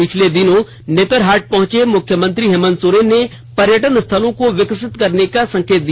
पिछले दिनों नेतरहाट पहुंचे मुख्यमंत्री हेमंत सोरेन ने पर्यटन स्थलों को विकसित करने का संकेत दिया